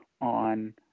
on